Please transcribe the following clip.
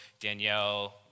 Danielle